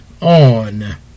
on